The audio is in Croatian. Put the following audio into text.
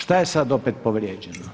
Šta je sada opet povrijeđeno?